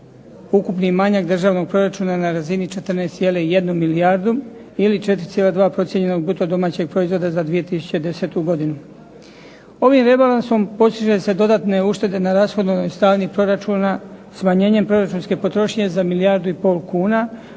ukupni manjak državnog proračuna na razini 14,1 milijarde kuna ili 4,2 procijenjenog bruto domaćeg proizvoda za 2010. godinu. Ovim rebalansom …/Ne razumije se./… dodatne uštede na rashodovnoj strani proračuna, smanjenjem proračunske potrošnje za milijardu i pol kuna,